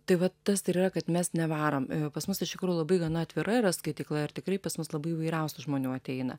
tai va tas ir yra kad mes nevarom pas mus iš tikrųjų labai gana atvira yra skaitykla ir tikrai pas mus labai įvairiausių žmonių ateina